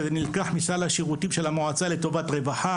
שזה נלקח מסל השירותים של המועצה לטובת רווחה,